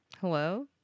Hello